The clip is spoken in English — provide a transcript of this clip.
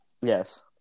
Yes